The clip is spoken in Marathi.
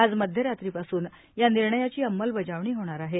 आज मध्यरात्रीपासून या निर्णयाची अंमलबजावणी होणार आहे